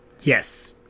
Yes